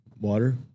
water